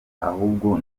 ahubwo